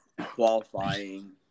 qualifying